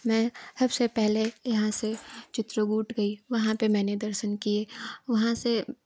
मैं सबसे पहले यहाँ से चित्रकूट गई वहाँ पे मैंने दर्शन किए वहाँ से